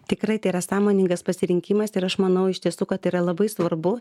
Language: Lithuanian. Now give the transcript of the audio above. tikrai tai yra sąmoningas pasirinkimas ir aš manau iš tiesų kad yra labai svarbu